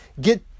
get